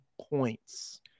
points